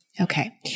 Okay